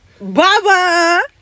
baba